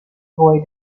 boy